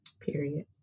Period